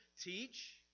teach